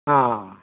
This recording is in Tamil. ஆ